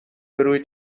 بروی